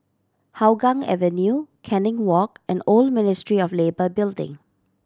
Hougang Avenue Canning Walk and Old Ministry of Labour Building